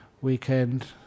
weekend